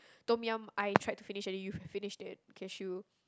Tom-Yum I tried to finish it and then you finished the cashew